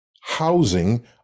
housing